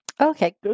Okay